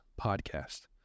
podcast